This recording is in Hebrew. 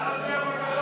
סיעת מרצ להביע